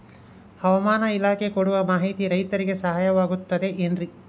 ಹವಮಾನ ಇಲಾಖೆ ಕೊಡುವ ಮಾಹಿತಿ ರೈತರಿಗೆ ಸಹಾಯವಾಗುತ್ತದೆ ಏನ್ರಿ?